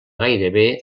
gairebé